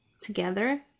together